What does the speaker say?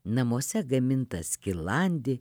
namuose gamintą skilandį